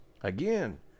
again